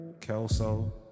Kelso